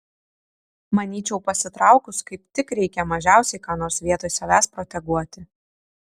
manyčiau pasitraukus kaip tik reikia mažiausiai ką nors vietoj savęs proteguoti